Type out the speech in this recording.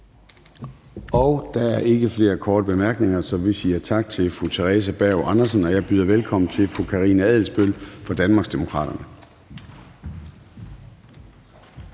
Der er ikke flere korte bemærkninger. Så vi siger tak til fru Theresa Berg Andersen, og jeg byder velkommen til fru Karina Adsbøl fra Danmarksdemokraterne.